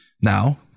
Now